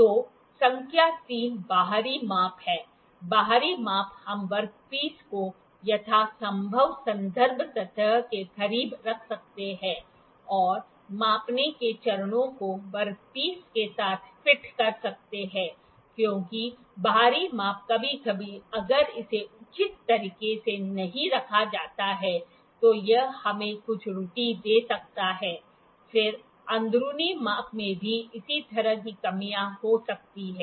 तो संख्या 3 बाहरी माप है बाहरी माप हम वर्कपीस को यथा संभव संदर्भ सतह के करीब रख सकते हैं और मापने के चरणों को वर्कपीस के साथ फिट कर सकते हैं क्योंकि बाहरी माप कभी कभी अगर इसे उचित तरीके से नहीं रखा जाता है तो यह हमें कुछ त्रुटि दे सकता है फिर अंदरूनी माप में भी इसी तरह की कमियां हो सकती हैं